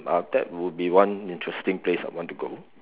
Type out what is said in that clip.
that would be one interesting place I want to go